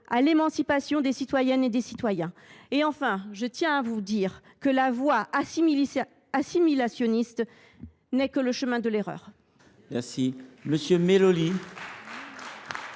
à l’émancipation des citoyennes et des citoyens. Enfin, je tiens à vous dire que la voie assimilationniste n’est que le chemin de l’erreur.